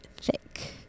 Thick